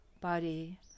body